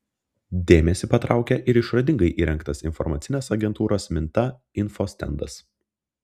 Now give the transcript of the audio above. dėmesį patraukia ir išradingai įrengtas informacinės agentūros minta info stendas